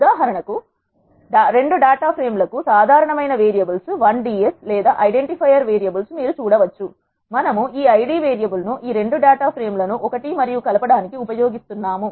ఉదాహరణకు రెండు data frame లకు సాధారణమైన వేరియబుల్స్ I ds లేదా ఐడెంటిఫైయర్ వేరియబుల్స్ మీరు చూడవచ్చు మరియు మనము ఈ ఐడి వేరియబుల్ ను ఈ 2 డేటా ఫ్రేమ్ లను 1 మరియు 2 కలవడానికి ఉపయోగిస్తున్నాము